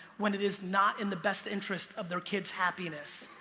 when it is not in the best interest of their kids happiness.